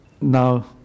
Now